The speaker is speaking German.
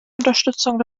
unterstützung